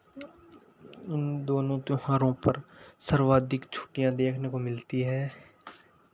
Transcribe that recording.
उन दोनों त्योहारों पर सर्वाधिक छुट्टियाँ देखने को मिलती है